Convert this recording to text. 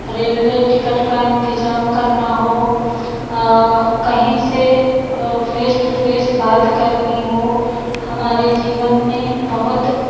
railway ticket का इंतज़ाम करना हो कहीं से फ़ेस टू फ़ेस बात करनी हो हमारे जीवन में बहुत